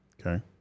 Okay